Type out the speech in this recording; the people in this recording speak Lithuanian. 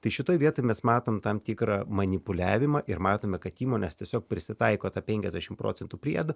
tai šitoje vietoj mes matome tam tikrą manipuliavimą ir matome kad įmonės tiesiog prisitaiko tą penkiasdešimt procentų priedą